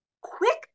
quick